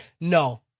no